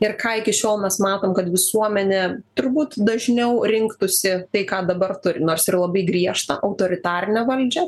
ir ką iki šiol mes matom kad visuomenė turbūt dažniau rinktųsi tai ką dabar turi nors ir labai griežtą autoritarinę valdžią